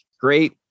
great